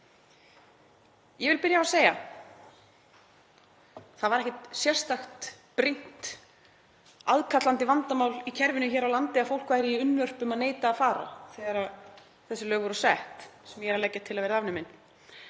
Ég vil byrja á að segja: Það var ekkert sérstakt brýnt aðkallandi vandamál í kerfinu hér á landi, að fólk væri í unnvörpum að neita að fara þegar þessi lög voru sett sem ég er að leggja til að verði afnumin.